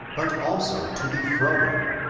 but also to the firoward.